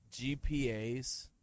GPAs